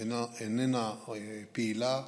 איננה פעילה,